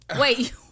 Wait